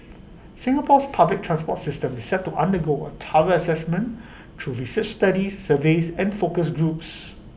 Singapore's public transport system is set to undergo A Assessment through research studies surveys and focus groups